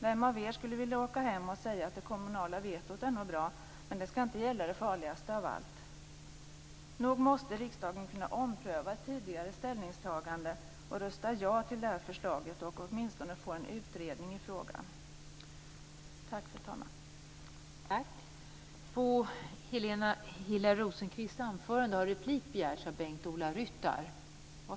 Vem av er skulle vilja åka hem och säga att det kommunala vetot nog är bra men att det inte skall gälla det farligaste av allt. Nog måste riksdagen kunna ompröva tidigare ställningstagande och rösta ja till det här förslaget och åtminstone få en utredning i frågan. Tack, fru talman!